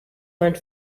went